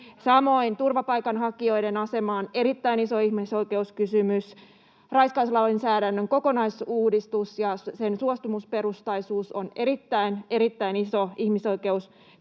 Samoin turvapaikanhakijoiden asema on erittäin iso ihmisoikeuskysymys. Raiskauslainsäädännön kokonaisuudistus ja sen suostumusperustaisuus on erittäin, erittäin iso